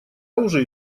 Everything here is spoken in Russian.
уже